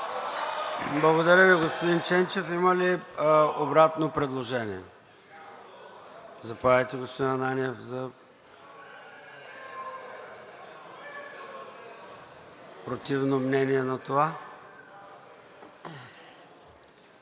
Благодаря Ви, господин Ченчев. Има ли обратно предложение? Заповядайте, господин Ананиев, за противно мнение на това.